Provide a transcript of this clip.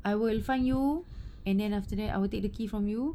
I will find you and then after that I will take the key from you